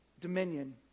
dominion